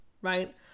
right